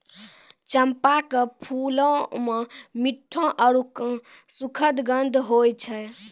चंपा के फूलो मे मिठ्ठो आरु सुखद गंध होय छै